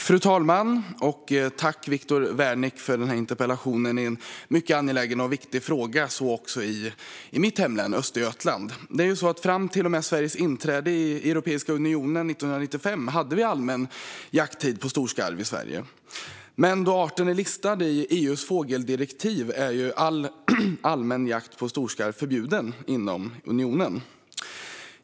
Fru talman! Tack, Viktor Wärnick, för denna interpellation! Det är en mycket angelägen och viktig fråga, så också i mitt hemlän Östergötland. Fram till och med Sveriges inträde i Europeiska unionen, 1995, hade vi allmän jakttid för storskarv i Sverige. Men då arten är listad i EU:s fågeldirektiv är all allmän jakt på storskarv förbjuden inom unionen.